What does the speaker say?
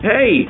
Hey